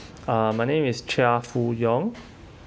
uh my name is chia fu yong